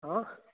हाँ